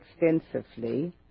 extensively